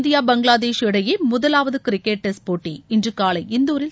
India Bangladesh இடையே முதலாவது cricket test போட்டி இன்று காலை இந்தூரில்